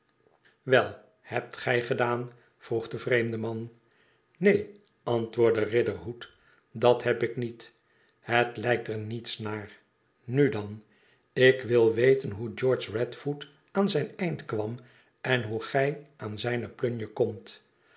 wel hebt gij gedaan vroeg de vreemde man ineen antwoordde riderhood dat heb ik niet het lijkt er niets naar nu dan ik wil weten hoe george radfoot aan zijn eind kwam en hoe gij aan zijne plunje komt